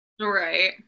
Right